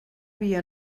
via